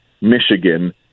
Michigan